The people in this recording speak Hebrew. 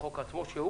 בחוק עצמו,